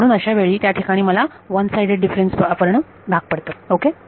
म्हणून अशावेळी त्या ठिकाणी मला वन साईडेड डिफरेन्स वापरणे भाग पडते ओके